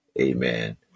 Amen